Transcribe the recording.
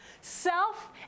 Self